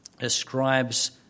ascribes